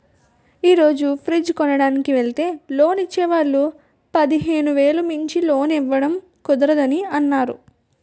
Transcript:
ఈ రోజు ఫ్రిడ్జ్ కొనడానికి వెల్తే లోన్ ఇచ్చే వాళ్ళు పదిహేను వేలు మించి లోన్ ఇవ్వడం కుదరదని అన్నారు